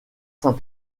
saint